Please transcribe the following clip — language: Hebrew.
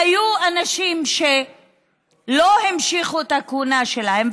היו אנשים שלא המשיכו את הכהונה שלהם,